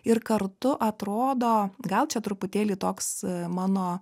ir kartu atrodo gal čia truputėlį toks mano